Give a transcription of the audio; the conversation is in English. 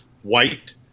White